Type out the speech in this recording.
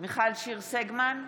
מיכל שיר סגמן,